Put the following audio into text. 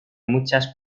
muchas